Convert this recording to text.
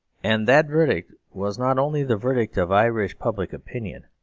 and that verdict was not only the verdict of irish public opinion,